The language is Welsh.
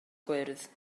gwyrdd